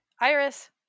Iris